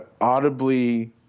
audibly